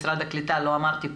משרד הקליטה לא אמרתי פה,